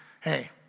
Hey